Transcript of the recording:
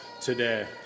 today